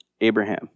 Abraham